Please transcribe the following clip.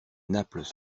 naples